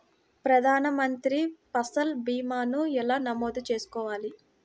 ప్రధాన మంత్రి పసల్ భీమాను ఎలా నమోదు చేసుకోవాలి?